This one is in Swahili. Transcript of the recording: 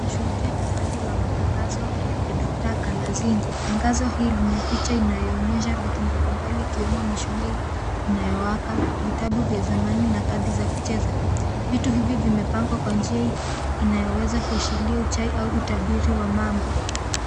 Tunashuhudia tangazo la matangazo la Dr. Galazinga. Tangazo hili lina picha inayoonyesha vitu mbalimbali ikiwemo mishumaa inayowaka, vitabu vya zamani na kadi za kucheza. Vitu hivi vimepangwa kwa njia inayoweza kuashiria uchawi au utabiri wa mambo.